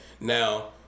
now